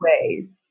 ways